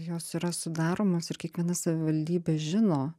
jos yra sudaromos ir kiekviena savivaldybė žino